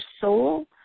soul